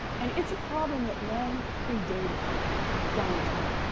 and it's a problem that long predated donald trump.